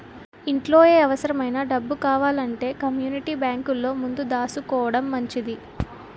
ఇంట్లో ఏ అవుసరమైన డబ్బు కావాలంటే కమ్మూనిటీ బేంకులో ముందు దాసుకోడం మంచిది